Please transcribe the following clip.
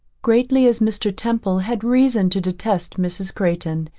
greatly as mr. temple had reason to detest mrs. crayton,